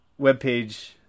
webpage